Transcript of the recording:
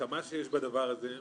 להעצמה שיש בדבר הזה,